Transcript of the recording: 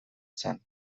zen